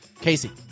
Casey